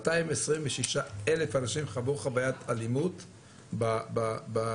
226,000 אנשים חווי חווית אלימות ברשתות,